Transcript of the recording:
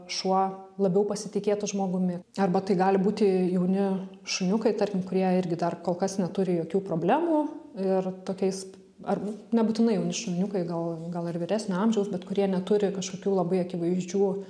šuo labiau pasitikėtų žmogumi arba tai gali būti jauni šuniukai tarkim kurie irgi dar kol kas neturi jokių problemų ir tokiais ar nebūtinai jauni šuniukai gal gal ir vyresnio amžiaus bet kurie neturi kažkokių labai akivaizdžių